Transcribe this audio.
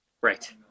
Right